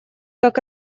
как